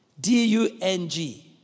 D-U-N-G